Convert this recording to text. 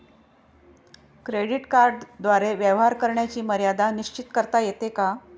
Credit कार्डद्वारे व्यवहार करण्याची मर्यादा निश्चित करता येते का?